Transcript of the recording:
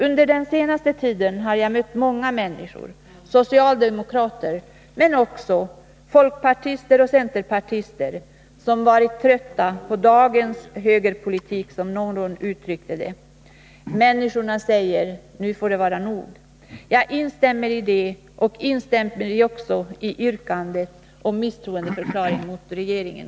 Under den senaste tiden har jag mött många människor — socialdemokrater, men också folkpartister och centerpartister — som varit trötta på ”dagens högerpolitik”, som någon uttryckte det. Människorna säger: Nu får det vara nog! Jag instämmer i det, och jag instämmer också i yrkandet om misstroendeförklaring mot regeringen.